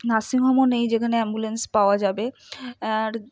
নার্সিংহোমও নেই যেখানে অ্যাম্বুলেন্স পাওয়া যাবে আর